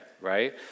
right